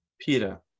Peter